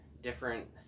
different